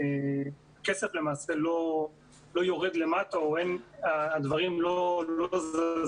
כסף למעשה לא יורד למטה או הדברים לא זזים,